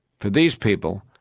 for these people,